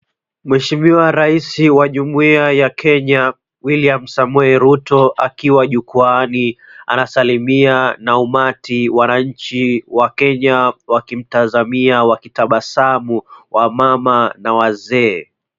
Mheshimiwa raisi wa jumuiya ya Kenya William Samoei Ruto akiwa jukuani anasalimia na umati. Wananchi wa Kenya wakimtazamia wakitabasamu wamama na wazee.